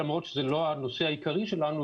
למרות שזה לא הנושא העיקרי שלנו.